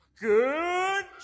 Good